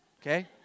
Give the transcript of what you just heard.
okay